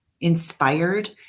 inspired